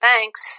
Thanks